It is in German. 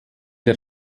der